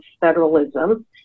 federalism